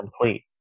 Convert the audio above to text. complete